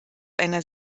einer